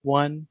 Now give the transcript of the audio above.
one